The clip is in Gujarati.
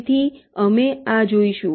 તેથી અમે આ જોઈશું